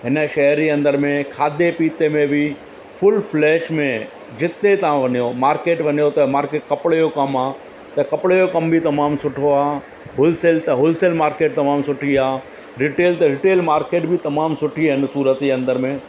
हिन शहर ई अंदरि में खाधे पीते में बि फुल फ्लैश में जिते तव्हां वञो मार्किट वञो त मार्किट कपिड़े जो कमु आहे त कपिड़े जो कमु बि तमामु सुठो आहे होलसेल त होलसेल मार्किट तमामु सुठी आहे रीटेल त रीटेल मार्किट बि तमामु सुठी आहिनि सूरत जे अंदरि में